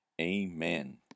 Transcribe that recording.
Amen